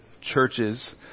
churches